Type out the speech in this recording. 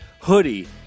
Hoodie